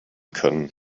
können